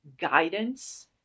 guidance